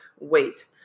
weight